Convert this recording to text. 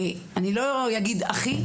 אני לא אגיד הכי,